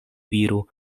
viro